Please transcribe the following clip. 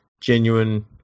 genuine